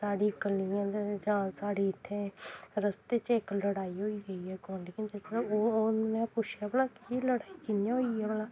साढ़ी दा जां साढ़ी इत्थै रस्ते च इक लड़ाई होई गेई ऐ गोआंढियें दी ते ओह् ओह् उ'नें पुच्छेआ भला एह् लड़ाई की होई ऐ भला